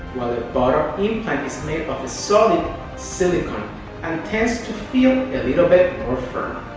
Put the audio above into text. while a buttock implant is made of a solid silicone and tends to feel a little bit more firm.